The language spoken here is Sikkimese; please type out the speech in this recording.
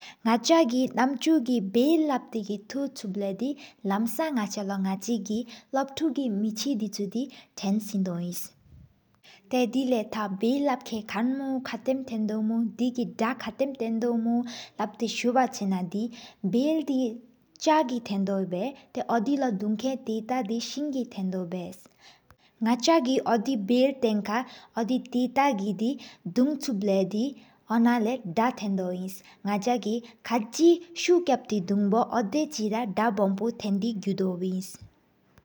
ནགཆ་གི་ནམཆོ་གི་བེལ་ལབྟེ་གི་ཐུ་ཆུ་ལེ། ལམས་ནགཆ་ལོ་ནགཆི་ལབ་ཐུག་གི་མེ་ཆི་དི། ཐེན་སིན་སོ་ཨིན་ཏེ་ལ་དི་བེལ་ལབ་མཁན། ཀན་མོ་ཐང་ཀ་ཏམ་ཐེ་དོ་མུ་དེ་གི། དརྒ་ཁ་ཏམ་ཐེན་དོ་མུ་ལབྟེ་སུ་བ་ཆེ་ན་དི། བེལ་དི་ཕིང་གི་ཐེན་དོ་བེ་ཏེ་ཨོ་དི་ལོ་དུན་ཀན། ཐེཀ་ཏད་དི་བུང་གི་ཐེན་དོ་བེ། ནགཆ་གི་ཨོ་དི་བེལ་ཐེན་ཁ་ཨོ་དི་ཐེག་ཏག་གི། དུང་ཆུབ་ལེ་དི་ཨོ་ན་ལ་དརྒ་ཐེན་དོ་ཨིན་ས། ནགཆ་གི་ཁ་གི་སུག་པང་པོ་ཕྱ་ཏེ་དུང་པོ། ཨོ་ཌེ་ར་དརྒ་པང་པོ་ཐེན་དི་གུ་དོ་ཨིན།